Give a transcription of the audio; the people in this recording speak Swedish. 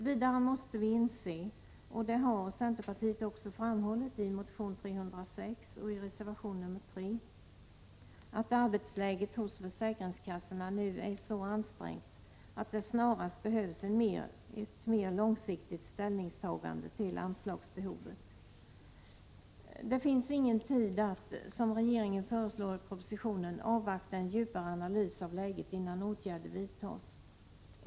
Vidare måste vi inse — och det har centerpartiet också framhållit i motion Sf306 och i reservation 3 — att arbetsläget hos försäkringskassorna nu är så ansträngt att det snarast behövs ett mer långsiktigt ställningstagande till anslagsbehovet. Det finns ingen tid att — som regeringen föreslår i propositionen — avvakta en djupare analys av läget innan åtgärder vidtas.